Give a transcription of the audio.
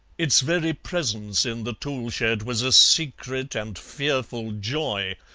its very presence in the tool-shed was a secret and fearful joy,